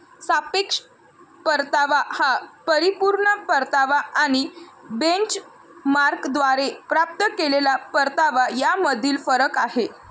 सापेक्ष परतावा हा परिपूर्ण परतावा आणि बेंचमार्कद्वारे प्राप्त केलेला परतावा यामधील फरक आहे